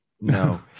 No